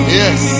yes